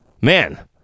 man